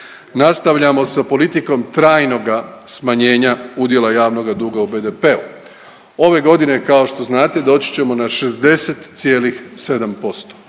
Nastavljamo sa politikom trajnoga smanjenje udjela javnoga duga u BDP-u. Ove godine kao što znate doći ćemo na 60,7%,